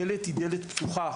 הדלת היא דלת פתוחה,